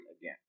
again